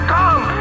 come